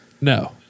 No